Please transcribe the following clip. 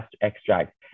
extract